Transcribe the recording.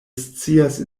scias